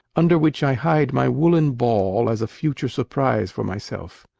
under which i hide my woolen ball as a future surprise for myself